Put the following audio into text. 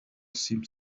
seemed